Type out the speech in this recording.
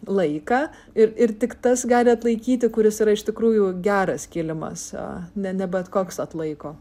laiką ir ir tik tas gali atlaikyti kuris yra iš tikrųjų geras kilimas o ne bet koks atlaiko